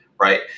right